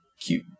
cute